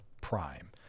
prime